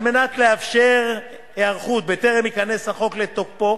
על מנת לאפשר היערכות בטרם ייכנס החוק לתוקפו,